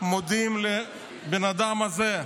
מודים לבן אדם הזה,